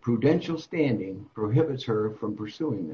prudential standing prohibits her from pursuing